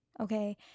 okay